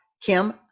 Kim